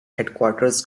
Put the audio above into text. headquarters